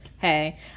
Hey